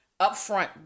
upfront